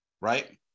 right